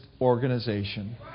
organization